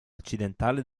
occidentale